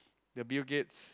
the Bill-Gates